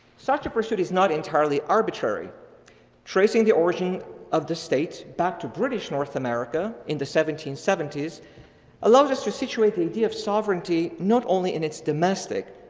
such a pursuit is not entirely arbitrary tracing the origin of the state back to british north america in the seventeen seventy s allows us to situate the idea of sovereignty not only in its domestic,